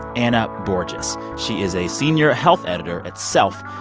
anna borges. she is a senior health editor at self,